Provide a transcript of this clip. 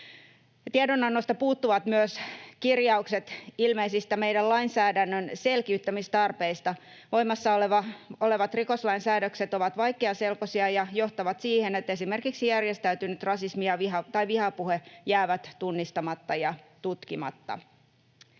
Tiedonannosta puuttuvat myös kirjaukset meidän lainsäädännön ilmeisistä selkiyttämistarpeista. Voimassa olevat rikoslain säädökset ovat vaikeaselkoisia ja johtavat siihen, että esimerkiksi järjestäytynyt rasismi ja vihapuhe jäävät tunnistamatta ja tutkimatta.